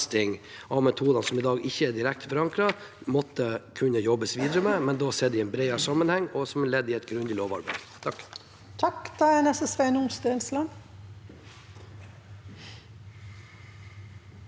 av metodene som i dag ikke er direkte forankret, måtte kunne jobbes videre med, men da sett i en bredere sammenheng og som ledd i et grundig lovarbeid.